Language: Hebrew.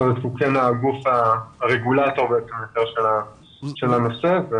האגף הוא הרגולטור של הנושא הזה.